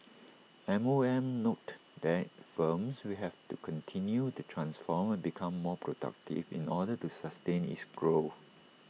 M O M noted that firms will have to continue to transform and become more productive in order to sustain is growth